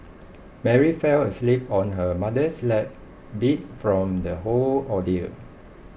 Mary fell asleep on her mother's lap beat from the whole ordeal